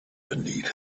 beneath